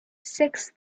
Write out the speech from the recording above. six